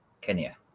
kenya